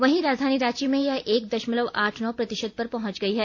वहीं राजधानी रांची में यह एक दशमलव आठ नौ प्रतिशत पर पहुंच गई है